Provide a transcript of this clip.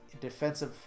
defensive